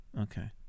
okay